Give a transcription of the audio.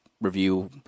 review